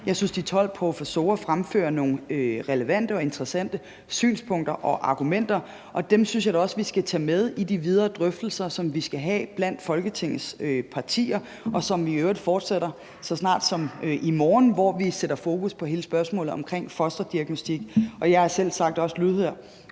Jeg synes, at de 12 professorer fremfører nogle relevante og interessante synspunkter og argumenter, og dem synes jeg da også vi skal tage med ind i de videre drøftelser, som vi skal have blandt Folketingets partier, og som vi i øvrigt fortsætter så snart som i morgen, hvor vi sætter fokus på hele spørgsmålet omkring fosterdiagnostik, og jeg er selvsagt også lydhør